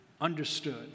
understood